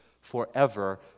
forever